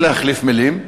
ולהחליף מילים.